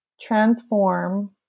transform